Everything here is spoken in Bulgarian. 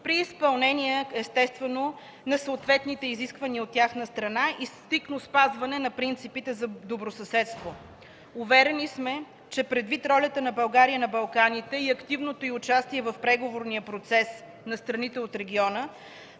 при изпълнение, естествено, на съответните изисквания от тяхна страна и стриктно спазване на принципите за добросъседство. Уверени сме, че предвид ролята на България на Балканите и активното й участие в преговорния процес на страните от региона,